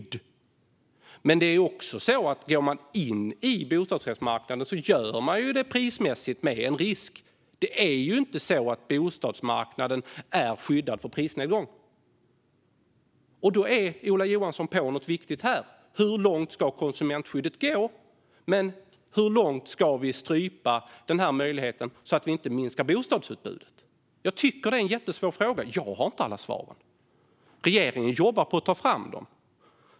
Men går man in i bostadsrättsmarknaden gör man det prismässigt med en risk. Det är inte så att bostadsmarknaden är skyddad mot prisnedgång. Där är Ola Johansson inne på något viktigt. Hur långt ska konsumentskyddet gå? Hur långt ska vi strypa möjligheten så att vi inte minskar bostadsutbudet? Jag tycker att det är en jättesvår fråga. Jag har inte alla svar. Regeringen jobbar på att ta fram dem.